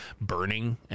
burning